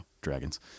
dragons